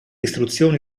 istruzioni